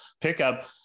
pickup